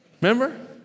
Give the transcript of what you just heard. Remember